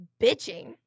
bitching